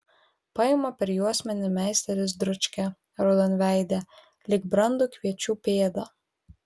paima per juosmenį meisteris dručkę raudonveidę lyg brandų kviečių pėdą